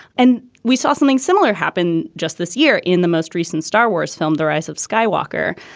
and we saw something similar happen just this year in the most recent star wars film, the rise of skywalker.